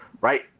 right